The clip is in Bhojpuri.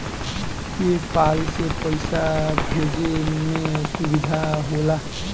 पे पाल से पइसा भेजे में सुविधा होला